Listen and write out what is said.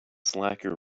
slacker